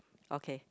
okay